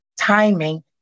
timing